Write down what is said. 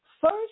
First